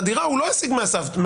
את הדירה הוא לא השיג מהעבירה.